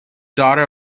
daughter